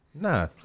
nah